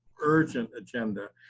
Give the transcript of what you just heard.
urgent agenda!